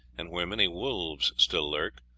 and where many wolves still lurked,